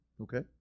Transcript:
Okay